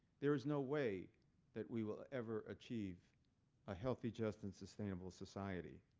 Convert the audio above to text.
there is no way that we will ever achieve a healthy just and sustainable society.